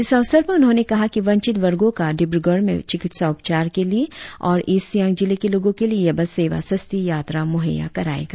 इस अवसर पर उन्होंने कहा कि वंचित वर्गो का डिब्रगड़ में चिकित्सा उपचार के लिए और ईस्ट सियांग जिले के लोगों के लिए यह बस सेवा सस्ती यात्रा मुहैया कराएगा